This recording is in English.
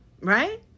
right